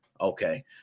okay